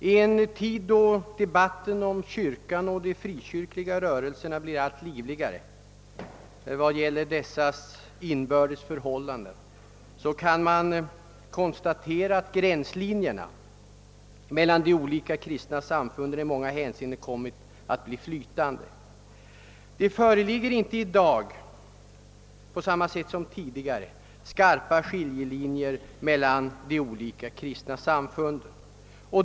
I en tid då debatten om kyrkans och de frikyrkliga rörelsernas inbördes förhållanden blir allt livligare kan man konstatera att gränslinjerna mellan de olika kristna samfunden i många hänseenden kommit att bli flytande. Det föreligger inte i dag på samma sätt som tidigare skarpa skiljelinjer mellan de olika kristna samfunden.